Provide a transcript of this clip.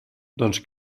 doncs